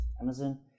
Amazon